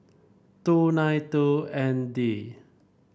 two nine two N D